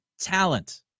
Talent